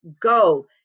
go